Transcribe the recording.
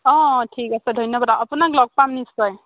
অঁ অঁ ঠিক আছে ধন্যবাদ আপোনাক লগ পাম নিশ্চয়